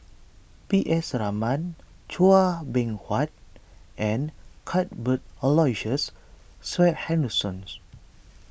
P S Raman Chua Beng Huat and Cuthbert Aloysius Shepherdsons